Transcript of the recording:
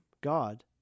God